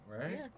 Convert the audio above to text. right